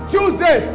Tuesday